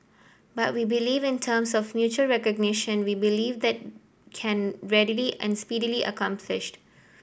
but we believe in terms of mutual recognition we believe that can readily and speedily accomplished